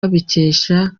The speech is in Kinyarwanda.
babikesha